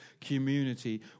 community